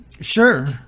Sure